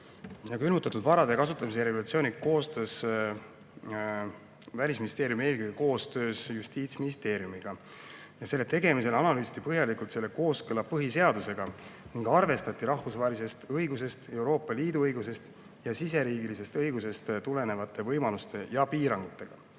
Külmutatud varade kasutamise regulatsiooni koostas Välisministeerium eelkõige koostöös Justiitsministeeriumiga. Selle tegemisel analüüsiti põhjalikult selle kooskõla põhiseadusega ning arvestati rahvusvahelisest õigusest, Euroopa Liidu õigusest ja siseriigilisest õigusest tulenevate võimaluste ja piirangutega.